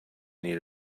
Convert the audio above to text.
need